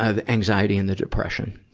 ah the anxiety and the depression.